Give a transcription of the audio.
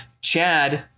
Chad